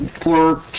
poor